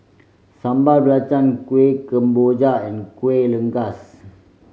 Sambal Belacan Kueh Kemboja and Kuih Rengas